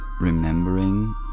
remembering